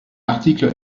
l’article